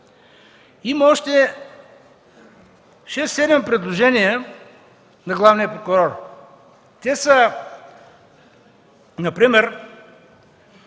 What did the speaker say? Има още 6-7 предложения на главния прокурор. Те са например: